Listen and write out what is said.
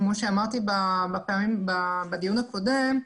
כפי שאמרתי בדיון הקודם,